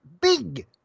big